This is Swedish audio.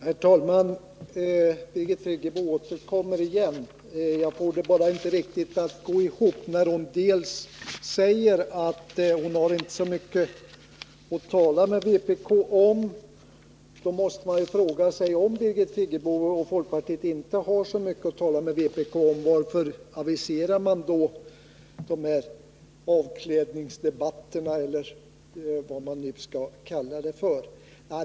Herr talman! Birgit Friggebo återkommer, men jag får det inte riktigt att gå ihop när hon säger att hon inte har så mycket att tala med vpk om. Om Birgit Friggebo och folkpartiet inte har så mycket att tala med vpk om måste jag fråga mig varför man aviserar dessa avklädningsdebatter, eller vad man skall kalla det.